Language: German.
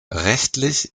rechtlich